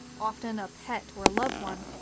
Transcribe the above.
often a pet or loved one,